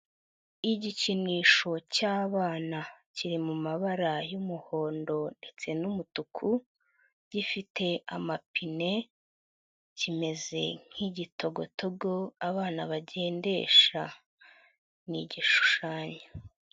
Igikinisho cy'abana kiri mu mabara y'umuhondo ndetse n'umutuku, gifite amapine, kimeze nk'igitogotogo abana bagendesha. Ni igishushanyo.